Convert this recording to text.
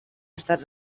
estat